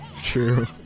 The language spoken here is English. True